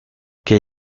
que